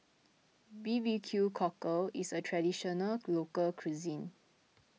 B B Q Cockle is a Traditional Local Cuisine